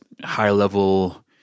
high-level